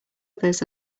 others